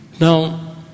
Now